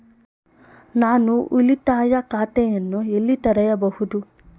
ನಾನು ಉಳಿತಾಯ ಖಾತೆಯನ್ನು ಎಲ್ಲಿ ತೆರೆಯಬಹುದು?